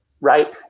Right